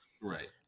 Right